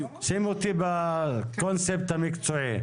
שים אותי בקונספט המקצועי.